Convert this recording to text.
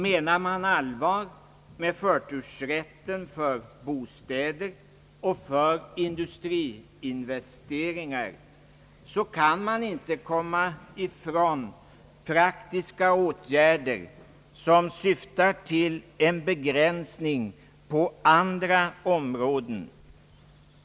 Menar man allvar med förtursrätten för bostäder och för industriinvesteringar kan man inte komma ifrån praktiska åtgärder som syftar till en begränsning på andra områden.